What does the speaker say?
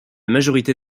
majorité